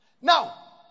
Now